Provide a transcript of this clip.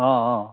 অঁ অঁ